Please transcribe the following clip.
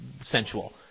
sensual